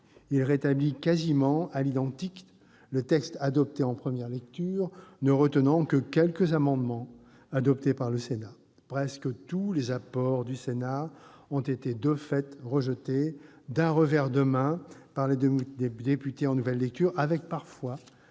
il rétablit quasiment à l'identique la version adoptée en première lecture, ne retenant que quelques amendements issus du Sénat. Presque tous les apports du Sénat ont de fait été rejetés d'un revers de main par les députés en nouvelle lecture, avec parfois